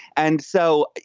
and so,